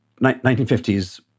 1950s